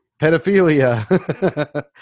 pedophilia